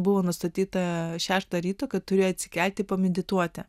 buvo nustatyta šeštą ryto kad turiu atsikelti pamedituoti